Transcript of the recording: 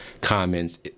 comments